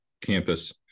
campus